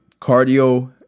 cardio